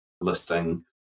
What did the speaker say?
listing